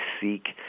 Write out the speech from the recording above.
seek